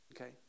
Okay